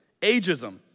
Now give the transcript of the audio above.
ageism